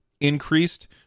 increased